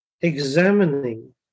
examining